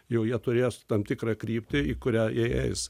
jau jie turės tam tikrą kryptį į kurią ie eis